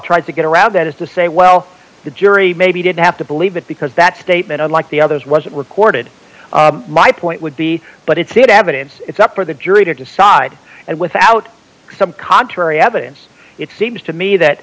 tried to get around that is to say well the jury maybe didn't have to believe it because that statement unlike the others wasn't recorded my point would be but it's they had evidence it's up for the jury to decide and without some contrary evidence it seems to me that